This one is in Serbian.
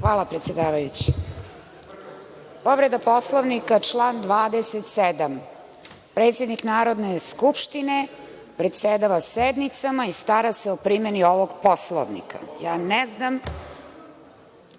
Hvala predsedavajući. Povreda Poslovnika, član 27. – predsednik Narodne skupštine predsedava sednicama i stara se o primeni ovog Poslovnika. Ne znam